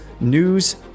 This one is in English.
news